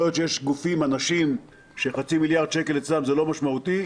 יכול להיות שיש גופים ואנשים שחצי מיליארד שקל אצלם זה לא משמעותי.